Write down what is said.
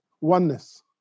oneness